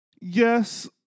Yes